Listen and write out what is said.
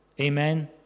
Amen